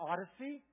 Odyssey